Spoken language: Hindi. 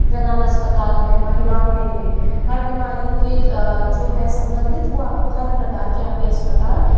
ज़नाना अस्पताल हैं महिलाओं के लिए हर बीमारी के जो हैं संबंधित वह आपको हर प्रकार के यहाँ पे अस्पताल